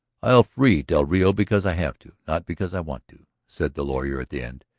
i'll free del rio because i have to, not because i want to, said the lawyer at the end.